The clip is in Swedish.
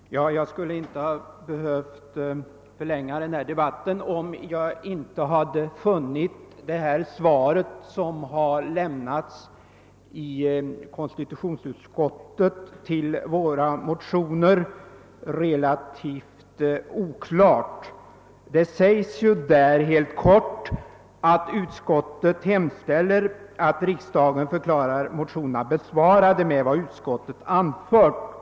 Herr talman! Jag skulle inte ha: behövt förlänga denna debatt om jag inte hade funnit att det svar som konstitutionsutskottet har lämnat på våra motioner är relativt oklart. | Utskottet hemställer helt kort att riksdagen skall förklara motionerna besvarade med vad utskottet anfört.